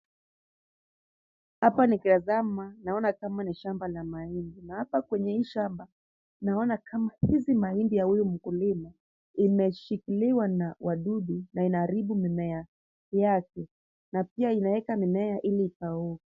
Hapa ni kitazama naona nikama shamba la mahindi na hapa kwenye hii shamba naona kama hizi mahindi ya huyu mkulima imeshikiliwa na wadudu na inaharibu mimea yake na pia inaeka mimea ili ikauke.